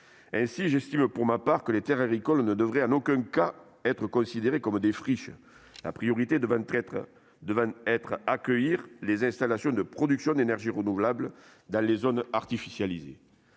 J'estime pour ma part que les terres agricoles ne devraient en aucun cas être considérées comme des friches, la priorité devant être d'accueillir les installations de production d'énergies renouvelables dans les zones artificialisées.